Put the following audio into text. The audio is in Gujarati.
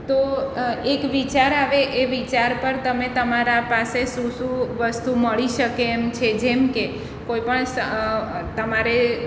તો એક વિચાર આવે એ વિચાર પર તમે તમારા પાસે શું શું વસ્તુ મળી શકે એમ છે જેમકે કોઈપણ તમારે